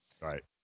Right